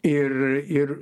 ir ir